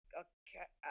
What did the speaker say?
okay